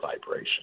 vibration